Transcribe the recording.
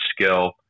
skill